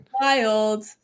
wild